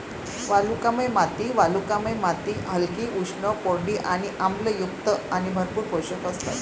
वालुकामय माती वालुकामय माती हलकी, उष्ण, कोरडी आणि आम्लयुक्त आणि भरपूर पोषक असतात